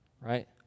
right